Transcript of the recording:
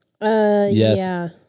yes